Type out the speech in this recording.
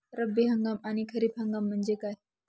रब्बी हंगाम आणि खरीप हंगाम म्हणजे काय?